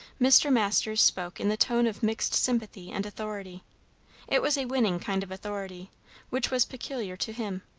mr. masters spoke in the tone of mixed sympathy and authority it was a winning kind of authority which was peculiar to him.